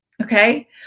Okay